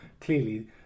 clearly